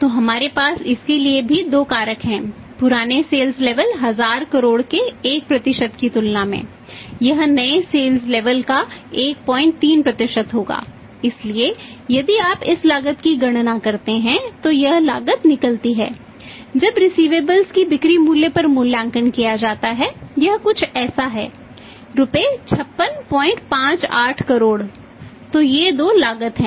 तो हमारे पास इसके लिए भी दो कारक हैं पुराने सेल्स लेवल की बिक्री मूल्य पर मूल्यांकन किया जाता है यह कुछ ऐसा है रुपये 5658 करोड़ तो ये दो लागत हैं